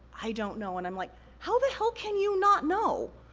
i don't know. and i'm like, how the hell can you not know?